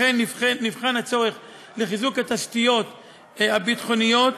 אכן נבחן הצורך בחיזוק התשתיות הביטחוניות,